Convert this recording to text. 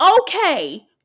okay